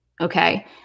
okay